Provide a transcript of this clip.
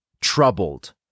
troubled